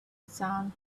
sound